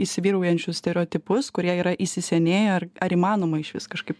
įsivyraujančius stereotipus kurie yra įsisenėję ar ar įmanoma išvis kažkaip